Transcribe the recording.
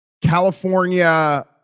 California